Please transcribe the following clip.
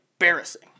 embarrassing